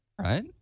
right